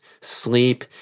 sleep